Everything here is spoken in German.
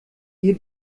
hier